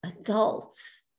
adults